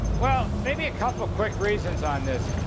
well, maybe a couple quick reasons on this.